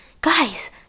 Guys